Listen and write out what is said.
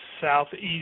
southeast